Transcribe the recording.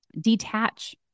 detach